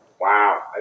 Wow